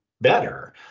better